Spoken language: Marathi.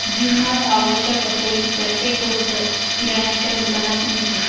जीवनात आवश्यक असलेली प्रत्येक गोष्ट किराण्याच्या दुकानात मिळते